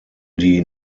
die